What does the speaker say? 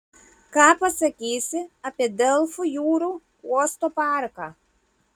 ką pasakysi apie delfų jūrų uosto parką